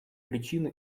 причины